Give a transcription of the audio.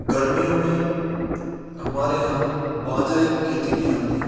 गर्मियों में हमारे यहाँ बाजरे की खेती की जाती हैं